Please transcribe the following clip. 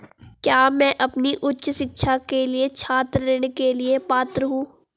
क्या मैं अपनी उच्च शिक्षा के लिए छात्र ऋण के लिए पात्र हूँ?